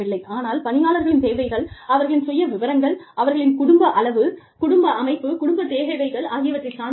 ஆனால் பணியாளர்களின் தேவைகள் அவர்களின் சுய விவரங்கள் அவர்களின் குடும்ப அளவு குடும்ப அமைப்பு குடும்பத் தேவைகள் ஆகியவற்றைச் சார்ந்து இருக்கும்